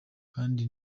kandi